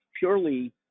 purely